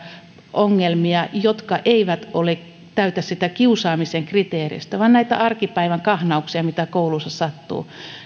ongelmia jotka eivät täytä sitä kiusaamisen kriteeristöä vaan ovat näitä arkipäivän kahnauksia mitä koulussa sattuu